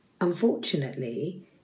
unfortunately